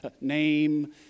name